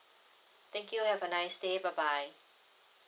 thank you have a nice day bye bye